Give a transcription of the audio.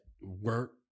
work